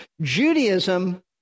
Judaism